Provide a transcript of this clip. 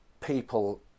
people